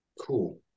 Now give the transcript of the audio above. Cool